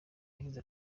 yagize